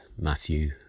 Matthew